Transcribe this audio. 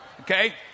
Okay